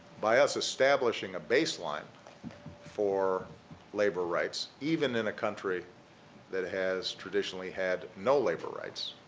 by us establishing a baseline for labor rights, even in a country that has traditionally had no labor rights,